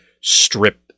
strip